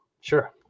sure